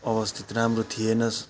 स्थिति राम्रो थिएन छ